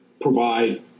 provide